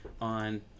on